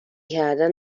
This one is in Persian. کردن